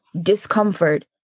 discomfort